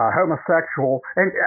homosexual—and